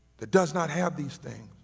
that does not have these things